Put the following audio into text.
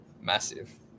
massive